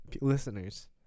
listeners